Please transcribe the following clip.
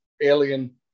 alien